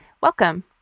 welcome